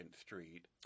Street